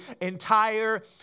entire